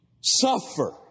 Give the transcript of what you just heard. suffer